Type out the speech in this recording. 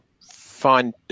fine